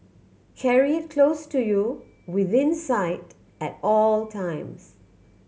carry it close to you within sight at all times